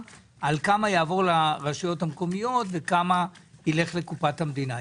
יעבור לרשויות המקומיות וכמה ילך לקופת המדינה,